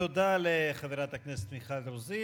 תודה לחברת הכנסת מיכל רוזין.